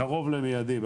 קרוב למיידי,